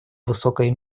высокое